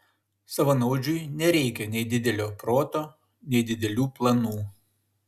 savanaudžiui nereikia nei didelio proto nei didelių planų